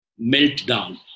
meltdown